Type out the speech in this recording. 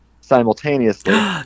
simultaneously